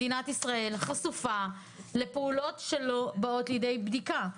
מדינת ישראל חשופה לפעולות שלא באות לידי בדיקה.